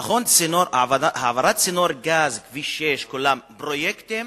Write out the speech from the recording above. נכון, העברת צינור גז, כביש 6, כולם פרויקטים